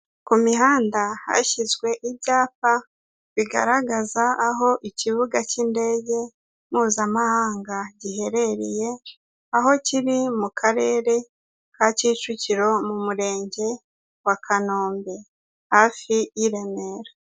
Ku mihanda hashyizwe ibyapa bigaragaza aho ikibuga cy'indege mpuzamahanga giherereye, aho kiri mu karere ka Kicukiro, mu murenge wa Kanombe hafi y'i Remera.